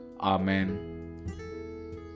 Amen